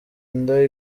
inda